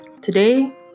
Today